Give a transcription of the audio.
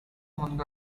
வந்த